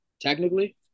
Technically